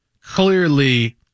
clearly